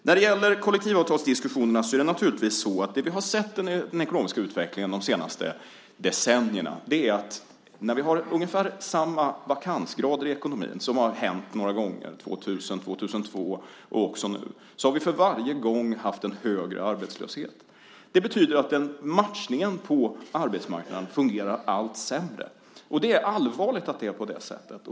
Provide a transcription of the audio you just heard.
När det gäller kollektivavtalsdiskussionerna är det naturligtvis så att det vi har sett i den ekonomiska utvecklingen under de senaste decennierna är att när vi har ungefär samma vakansgrader i ekonomin, vilket har hänt några gånger, år 2000, 2002 och nu, har vi varje gång haft en högre arbetslöshet. Det betyder att matchningen på arbetsmarknaden fungerar sämre. Det är allvarligt att det är på det sättet.